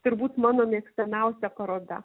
turbūt mano mėgstamiausia paroda